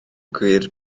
gwir